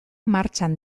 martxan